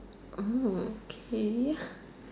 Oh okay